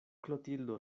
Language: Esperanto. klotildo